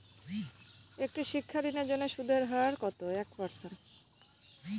একটি শিক্ষা ঋণের জন্য সুদের হার কত?